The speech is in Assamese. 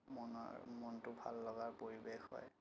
মনৰ মনটো ভাল লগাৰ পৰিৱেশ হয়